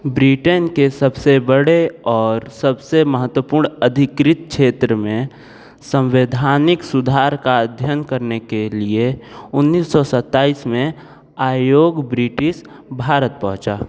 Britain के सबसे बड़े और सबसे महत्वपूर्ण अधिकृत क्षेत्र में सम्वैधानिक सुधार का अध्ययन करने के लिए उन्नीस सौ सताईस में आयोग ब्रिटिस भारत पहुँचा